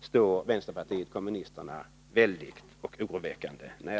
står vänsterpartiet kommunisterna oroväckande nära.